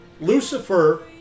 Lucifer